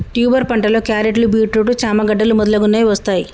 tuber పంటలో క్యారెట్లు, beetroot, చామ గడ్డలు మొదలగునవి వస్తాయ్